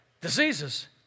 diseases